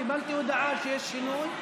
קיבלתי הודעה שיש שינוי.